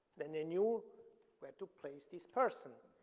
then they knew where to place this person.